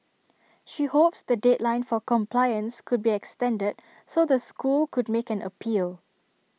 she hopes the deadline for compliance could be extended so the school could make an appeal